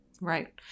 Right